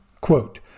quote